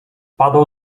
padał